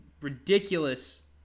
ridiculous